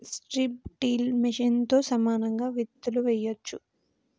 strip till మెషిన్తో సమానంగా విత్తులు వేయొచ్చు